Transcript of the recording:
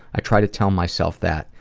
i try to tell myself that,